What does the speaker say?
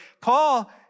Paul